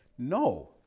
No